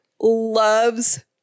loves